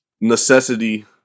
necessity